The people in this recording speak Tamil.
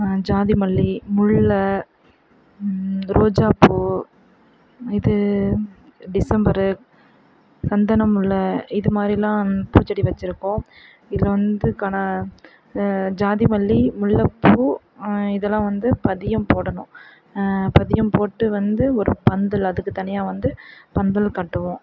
ஜாதிமல்லி முல்லை ரோஜாப்பூ இது டிசம்பரு சந்தனமுல்லை இது மாதிரியெல்லாம் பூச்செடி வச்சிருக்கோம் இதில் வந்து கன ஜாதிமல்லி முல்லைப்பூ இதெல்லாம் வந்து பதியம் போடணும் பதியம் போட்டு வந்து ஒரு பந்தல் அதுக்குத் தனியாக வந்து பந்தல் கட்டுவோம்